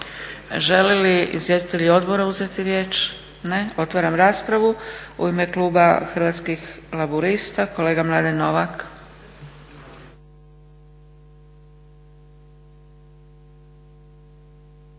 Žele li izvjestitelji odbora uzeti riječ? Ne. Otvaram raspravu. U ime kluba Hrvatskih laburista kolega Mladen Novak.